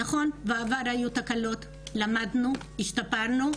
נכון, בעבר היו תקלות, למדנו מהן, השתפרנו.